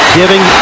giving